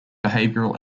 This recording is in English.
behavioral